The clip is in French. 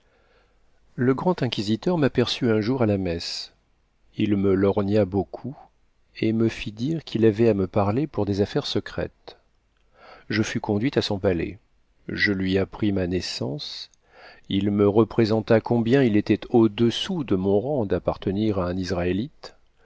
le grand inquisiteur m'aperçut un jour à la messe il me lorgna beaucoup et me fit dire qu'il avait à me parler pour des affaires secrètes je fus conduite à son palais je lui appris ma naissance il me représenta combien il était au-dessous de mon rang d'appartenir à un israélite